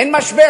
אין משבר.